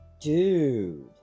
Dude